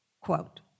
quote